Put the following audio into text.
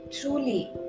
truly